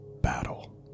battle